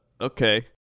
okay